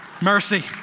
Mercy